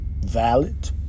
valid